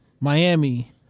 Miami